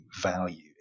value